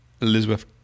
Elizabeth